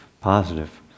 positive